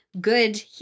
good